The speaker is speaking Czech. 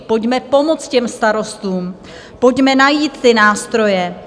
Pojďme pomoct těm starostům, pojďme najít ty nástroje!